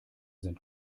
sind